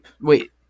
Wait